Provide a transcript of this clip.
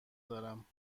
دارم